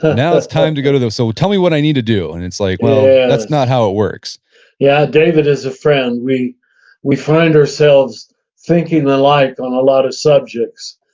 ah now it's time to go there, so tell me what i need to do. and it's like, well, that's not how it works yeah, david is a friend. we we find ourselves thinking alike on a lot of subjects.